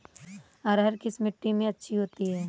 अरहर किस मिट्टी में अच्छी होती है?